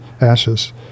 ashes